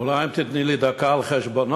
אולי אם תיתני לי דקה על חשבונו,